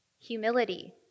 humility